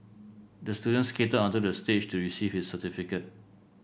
the student skated onto the stage to receive his certificate